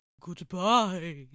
Goodbye